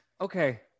Okay